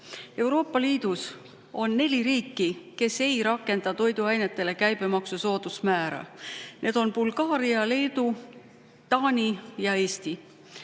Euroopa Liidus on neli riiki, kes ei rakenda toiduainetele käibemaksu soodusmäära. Need on Bulgaaria, Leedu, Taani ja Eesti.